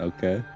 Okay